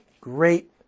great